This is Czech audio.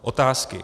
Otázky.